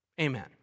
amen